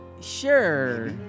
Sure